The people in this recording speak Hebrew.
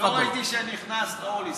לא ראיתי שנכנסת, אורלי.